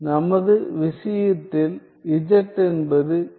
நமது விஷயத்தில் z என்பது k